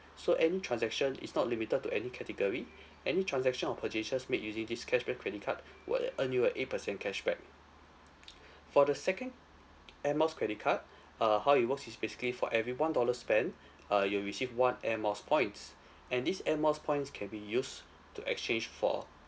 so any transaction is not limited to any category any transaction or purchases made using this cashback credit card will earn you a eight percent cashback for the second air miles credit card uh how it works is basically for every one dollar spent uh you'll receive one air miles points and these air miles points can be used to exchange for